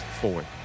forward